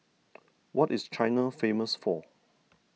what is China famous for